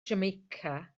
jamaica